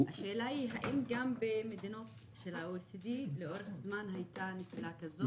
השאלה היא האם גם במדינות OECD הייתה נפילה כזאת לאורך זמן?